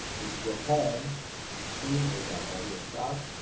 this is your home screen where you got all your stuff.